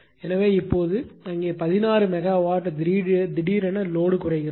எனவே இப்போது அங்கே 16 மெகாவாட் திடீரென லோடு குறைகிறது